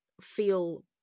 feel